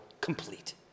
complete